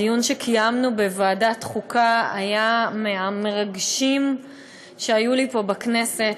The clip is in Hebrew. הדיון שקיימנו בוועדת החוקה היה מהמרגשים שהיו לי פה בכנסת,